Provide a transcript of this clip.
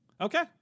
Okay